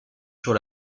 sur